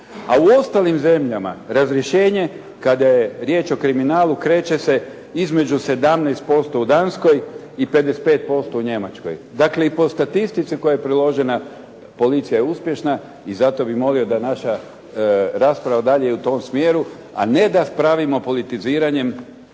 a u ostalim zemljama razrješenje kada je riječ o kriminalu kreće se između 17% u Danskoj i 55% u Njemačkoj. Dakle i po statistici koja je priložena, policija je uspješna i zato bih molio da naša rasprava dalje u tom smjeru, a ne da raspravimo politiziranjem